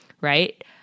right